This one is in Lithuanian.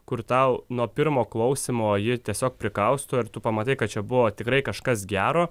kur tau nuo pirmo klausymo ji tiesiog prikausto ir tu pamatai kad čia buvo tikrai kažkas gero